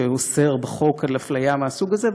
שאוסר בחוק אפליה מהסוג הזה,